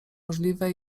możliwe